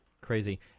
Crazy